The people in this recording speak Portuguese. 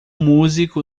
músico